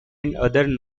non